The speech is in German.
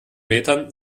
metern